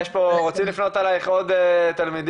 רוצים לפנות אלייך עוד תלמידים,